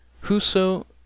whoso